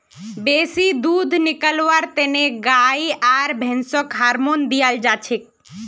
बेसी दूध निकलव्वार तने गाय आर भैंसक हार्मोन दियाल जाछेक